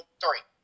three